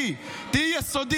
זה אבא